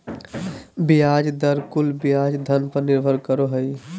ब्याज दर कुल ब्याज धन पर निर्भर करो हइ